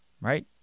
Right